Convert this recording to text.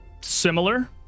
similar